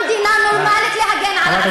יש זכות למדינה נורמלית להגן על עצמה,